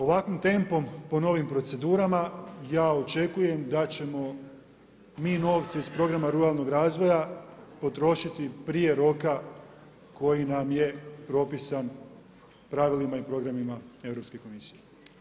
Ovakvim tempom, po novim procedurama ja očekujem da ćemo mi novce iz programa ruralnog razvoja potrošiti prije roka koji nam je propisan pravilima i programima Europske komisije.